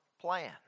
plan